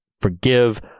forgive